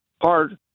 hard